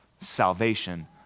salvation